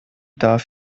darf